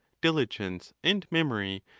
diligence, and memory,